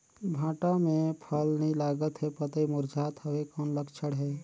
भांटा मे फल नी लागत हे पतई मुरझात हवय कौन लक्षण हे?